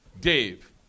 Dave